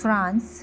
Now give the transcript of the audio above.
France